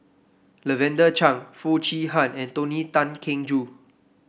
Lavender Chang Foo Chee Han and Tony Tan Keng Joo